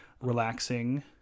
Relaxing